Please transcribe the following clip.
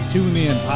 TuneIn